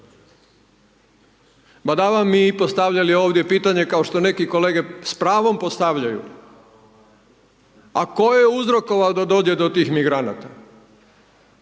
Badava mi postavljali ovdje pitanje kao što neki kolege s pravom postavljaju, a ko je uzrokovao da dođe do tih migranata?